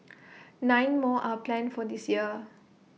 nine more are planned for this year